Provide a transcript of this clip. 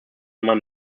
man